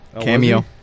Cameo